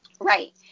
Right